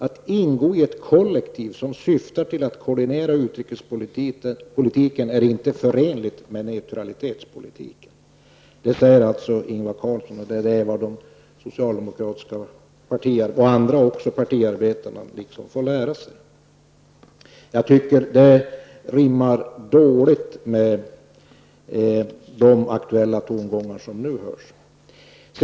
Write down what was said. Att ingå i ett kollektiv som syftar till att koordinera utrikespolitiken är inte förenligt med neutralitetspolitiken''. Så sade Ingvar Carlsson, och det får de socialdemokratiska partiarbetarna och även andra partiarbetare lära sig. Detta rimmar dåligt med de tongångar som nu hörs.